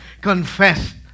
confessed